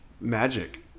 Magic